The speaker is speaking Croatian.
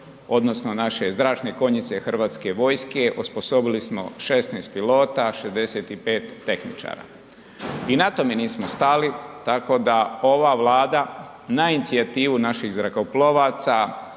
odnosno naše zračne konjice Hrvatske vojske, osposobili smo 16 pilota, 65 tehničara i na tome nismo stali. Tako da ova Vlada na inicijativu naših zrakoplovaca